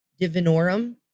Divinorum